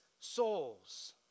souls